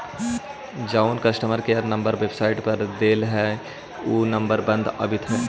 जउन customer care number website पर देल हई ऊ नंबर बंद आबित हई